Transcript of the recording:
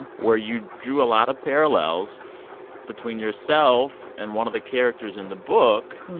where you drew a lot of parallels between yourself and one of the characters in the book.